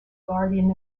guardian